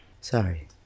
Sorry